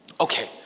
Okay